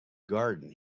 garden